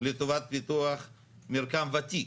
לטובת פיתוח מרקם ותיק.